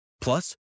Plus